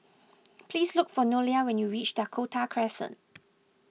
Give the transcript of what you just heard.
please look for Nolia when you reach Dakota Crescent